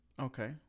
Okay